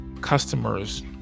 customers